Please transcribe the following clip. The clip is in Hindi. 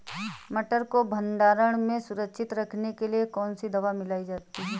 मटर को भंडारण में सुरक्षित रखने के लिए कौन सी दवा मिलाई जाती है?